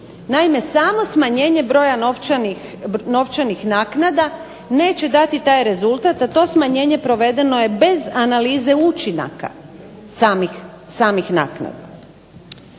Naime, samo smanjenje broja novčanih naknada neće dati taj rezultat, a to smanjenje provedeno je bez analize učinaka samih naknada.